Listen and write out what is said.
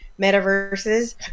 metaverses